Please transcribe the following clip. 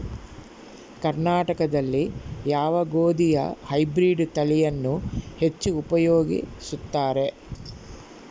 ಕರ್ನಾಟಕದಲ್ಲಿ ಯಾವ ಗೋಧಿಯ ಹೈಬ್ರಿಡ್ ತಳಿಯನ್ನು ಹೆಚ್ಚು ಉಪಯೋಗಿಸುತ್ತಾರೆ?